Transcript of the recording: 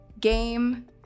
game